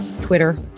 Twitter